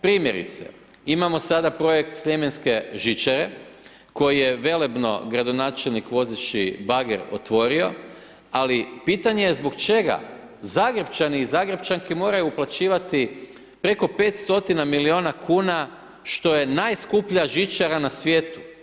Primjerice, imamo sada projekt Sljemenske žičare, koji je velebno gradonačelnik vozeći bager otvorio, ali pitanje je zbog čega Zagrepčani i Zagrepčanke moraju uplaćivati preko 5 stotina milijuna kuna, što je najskuplja žičara na svijeta.